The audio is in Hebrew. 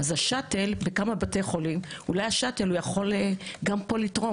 אולי השאטלים יכולים לתרום פה